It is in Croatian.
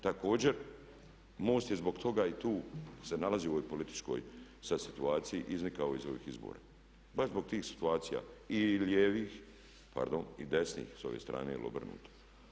Također, MOST je zbog toga i tu se nalazi u ovoj političkoj sad situaciji, iznikao iz ovih izbora baš zbog tih situacija i lijevih, pardon i desnih s ove strane ili obrnuto.